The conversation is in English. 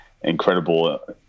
incredible